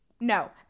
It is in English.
no